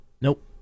Nope